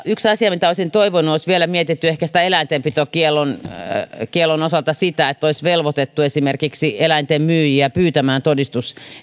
yksi asia mitä olisin toivonut on että olisi ehkä vielä mietitty eläintenpitokiellon osalta sitä että olisi velvoitettu esimerkiksi eläinten myyjiltä pyytämään todistus